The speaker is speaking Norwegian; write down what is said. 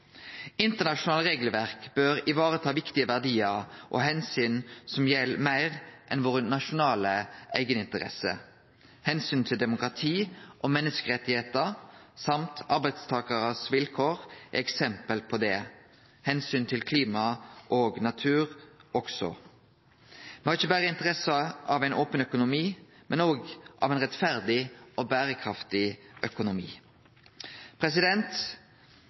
Internasjonale regelverk bør ta vare på viktige verdiar og omsyn som gjeld meir enn våre nasjonale eigeninteresser. Omsynet til demokrati og menneskerettar i tillegg til vilkåra til arbeidstakarar er eksempel på det – omsynet til klima og natur òg. Me har ikkje berre interesse av ein open økonomi, men òg av ein rettferdig og berekraftig økonomi.